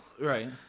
Right